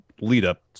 lead-up